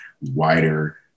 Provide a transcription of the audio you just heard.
wider